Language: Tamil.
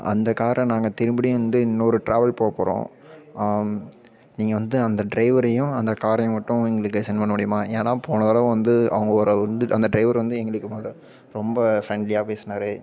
அந்த காரை நாங்கள் திரும்படியும் வந்து இன்னொரு ட்ராவல் போ போகிறோம் நீங்கள் வந்து அந்த ட்ரைவரையும் அந்த காரையும் மட்டும் எங்களுக்கு செண்ட் பண்ண முடியுமா ஏன்னா போன தடவை வந்து அவங்க ஒரு வந்து அந்த ட்ரைவர் வந்து எங்களுக்கு முத ரொம்ப ஃப்ரெண்ட்லியாக பேசினாரு